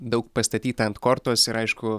daug pastatyta ant kortos ir aišku